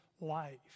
life